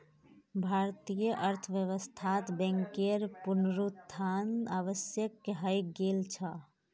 भारतीय अर्थव्यवस्थात बैंकेर पुनरुत्थान आवश्यक हइ गेल छ